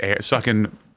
sucking